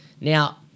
Now